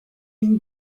been